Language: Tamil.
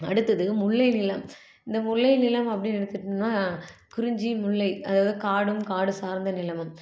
அடுத்தது முல்லை நிலம் இந்த முல்லை நிலம் அப்படின்னு எடுத்துக்கிட்டோம்னா குறிஞ்சி முல்லை அதாவது காடும் காடு சார்ந்த நிலமும்